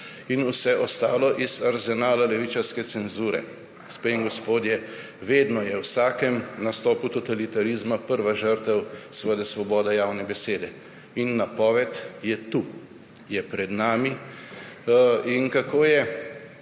in vse ostalo iz arzenala levičarske cenzure. Gospe in gospodje, vedno je v vsakem nastopu totalitarizma prva žrtev svoboda javne besede. In napoved je tu, je pred nami. Kako je